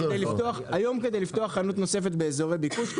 היום כדי לפתוח חנות נוספת באזורי ביקוש,